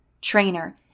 trainer